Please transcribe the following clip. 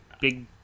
big